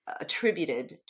attributed